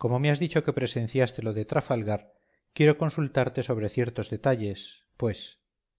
como me has dicho que presenciaste lo de trafalgar quiero consultarte sobre ciertos detalles pues